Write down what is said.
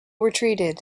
retreated